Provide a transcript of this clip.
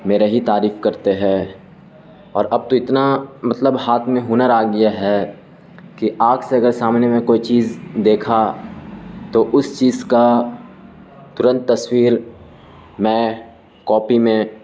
میرے ہی تعریف کرتے ہے اور اب تو اتنا مطلب ہاتھ میں ہنر آ گیا ہے کہ آگ سے اگر سامنے میں کوئی چیز دیکھا تو اس چیز کا ترنت تصویر میں کاپی میں